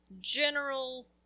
general